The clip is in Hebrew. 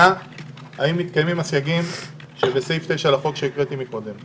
אם מתקיימים הסייגים שבסעיף 9 לחוק שהקראתי מקודם.